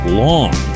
long